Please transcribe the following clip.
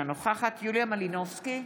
אינה נוכחת יוליה מלינובסקי,